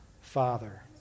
Father